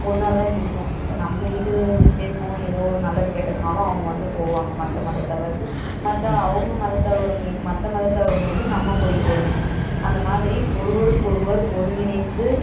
ஒன்றாதான் இருப்போம் இப்போ நம்ம வீட்டு விசேஷம் ஏதோ ஒரு நல்லது கெட்டதுனாலும் அவங்க வந்து போவாங்க மற்ற மதத்தவர் மற்ற அவங்க மதத்தவர்ங்களுக்கு மற்ற மதத்தவர்ங்களுக்கு நம்ம போயிட்டு வருவோம் அந்த மாதிரி ஒருவருக்கொருவர் ஒருங்கிணைந்து